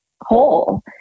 whole